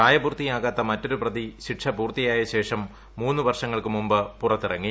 പ്രായപൂർത്തിയാകാത്ത മറ്റൊരു പ്രതി ശിക്ഷ പൂർത്തിയായ ശേഷം മൂന്ന് വർഷങ്ങൾക്ക് മുമ്പ് പുറത്തിറങ്ങി